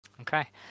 Okay